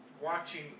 watching